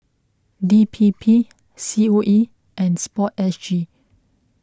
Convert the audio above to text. D P P C O E and Sport S G